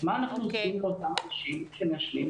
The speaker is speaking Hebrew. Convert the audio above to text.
אז מה אנחנו עושים עם אותם אנשים שמעשנים?